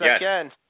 Yes